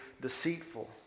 deceitful